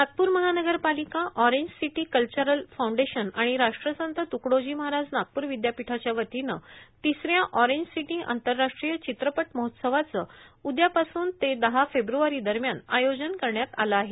नागपूर महानगरपालिका orange city cultural foundation आणि राष्ट्रसंत तुकडोजी महाराज नागप्रर विद्यापीठाच्या वतीनं तिसऱ्या ऑरेंज सिटी आंतरराष्ट्रीय चित्रपट महोत्सवाचं उद्यापासून ते दहा फेब्रवारीदरम्यान आयोजन करण्यात आलं आहे